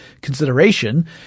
consideration